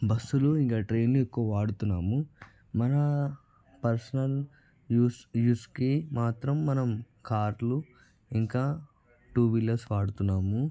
బస్సులు ఇంకా ట్రైన్లు ఎక్కువ వాడుతున్నాము మన పర్సనల్ యూజ్ యూజ్కి మాత్రం మనం కార్లు ఇంకా టూ వీలర్స్ వాడుతున్నాము